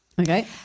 Okay